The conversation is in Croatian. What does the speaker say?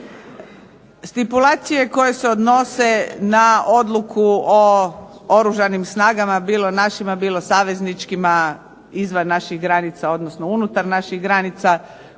Stipulacije koje se odnose na odluku o Oružanim snagama bilo našima, bilo savezničkima izvan naših granica, odnosno unutar naših granica